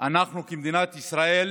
שכמדינת ישראל